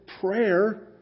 prayer